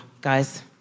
Guys